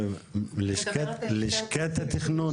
לשכת התכנון?